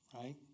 right